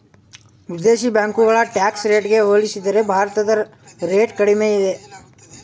ವಿದೇಶಿ ಬ್ಯಾಂಕುಗಳ ಟ್ಯಾಕ್ಸ್ ರೇಟಿಗೆ ಹೋಲಿಸಿದರೆ ಭಾರತದ ರೇಟ್ ಕಡಿಮೆ ಇದೆ